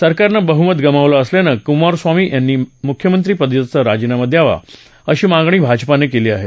सरकारनं बहमत गमावलं असल्यानं कुमारस्वामी यांनी मुख्यमंत्रीपदाचा राजीनामा द्यावा अशी मागणी भाजपानं केली आहे